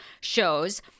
shows